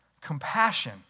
compassion